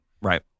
right